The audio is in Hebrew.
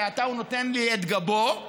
ועתה הוא נותן לי את גבו,